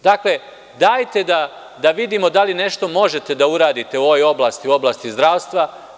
Dakle, dajte da vidimo da li nešto možete da uradite u ovoj oblasti, u oblasti zdravstva.